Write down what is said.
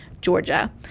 Georgia